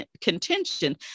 contention